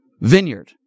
Vineyard